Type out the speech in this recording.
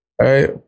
right